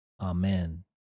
Amen